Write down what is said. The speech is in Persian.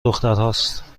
دخترهاست